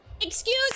Excuse